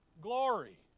glory